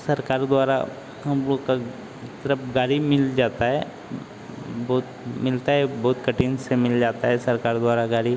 सरकार द्वारा हम लोग का तरफ गाड़ी मिल जाता है बहुत मिलता है हुहोत कठिन से मिल जाता है सरकार द्वारा गाड़ी